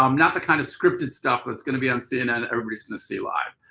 um not the kind of scripted stuff that's going to be on cnn, everybody's going to see live.